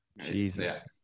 Jesus